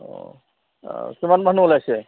অঁ আৰু কিমান মানুহ ওলাইছে